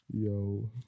Yo